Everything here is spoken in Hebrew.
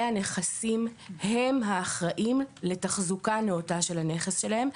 הנכסים הם האחראים לתחזוקה נאותה של הנזק שלכם.